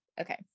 Okay